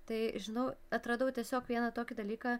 tai žinau atradau tiesiog vieną tokį dalyką